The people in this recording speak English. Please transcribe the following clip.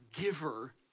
giver